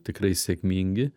tikrai sėkmingi